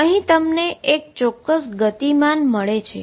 અહી તમને એક ચોક્કસ મોમેન્ટમ મળે છે